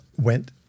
went